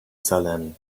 salem